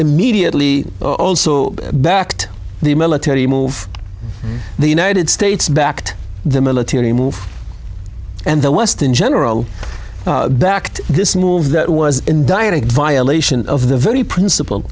immediately also backed the military move the united states backed the military move and the west in general backed this move that was in direct violation of the very principle